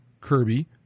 Kirby